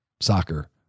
soccer